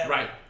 Right